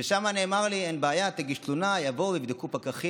ושם נאמר לי: אין בעיה, תגיש תלונה, יבואו, פקחים